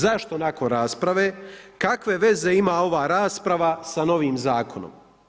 Zašto nakon rasprave, kakve veze ima ova rasprava sa novim Zakonom?